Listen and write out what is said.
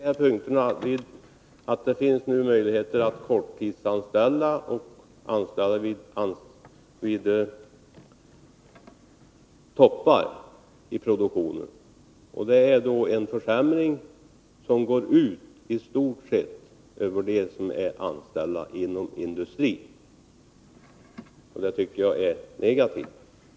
Fru talman! Jag avser det förhållandet att det nu finns möjlighet att korttidsanställa och anställa vid toppar i produktionen. Det är en försämring som i stort sett går ut över dem som är anställda inom industrin. Detta tycker jag är negativt.